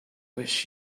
wish